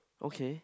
okay